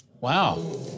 Wow